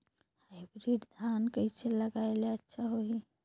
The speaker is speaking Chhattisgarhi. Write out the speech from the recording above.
हाईब्रिड धान कइसे लगाय ले अच्छा होही?